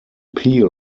peel